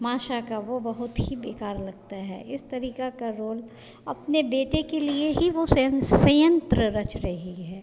माशा का वह बहुत ही बेकार लगता है इस तरीक़े का रोल अपने बेटे के लिए ही वह स्यन षड्यंत रच रही है